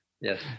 yes